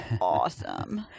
awesome